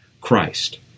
Christ